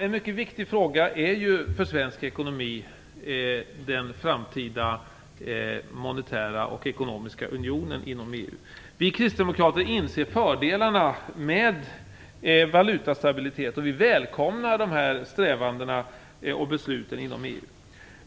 En mycket viktig fråga för svensk ekonomi är den framtida monetära och ekonomiska unionen inom EU. Vi kristdemokrater inser fördelarna med valutastabilitet och välkomnar de här strävandena och besluten inom EU.